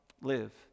live